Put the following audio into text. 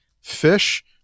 fish